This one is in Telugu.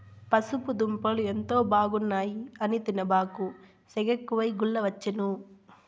పసుపు దుంపలు ఎంతో బాగున్నాయి అని తినబాకు, సెగెక్కువై గుల్లవచ్చేను